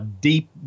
deep